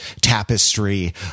tapestry